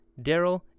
Daryl